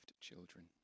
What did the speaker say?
children